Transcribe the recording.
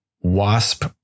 WASP